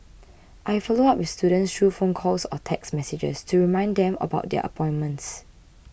I follow up with students through phone calls or text messages to remind them about their appointments